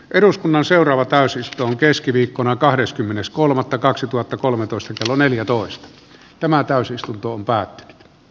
eduskunnan seuraava täisyys on keskiviikkona kahdeskymmenes josta euroopan neuvostossa paljon myös viime vuonna puhuttiin